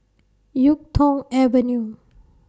Yuk Tong Avenue